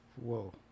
whoa